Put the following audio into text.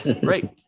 Great